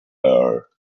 air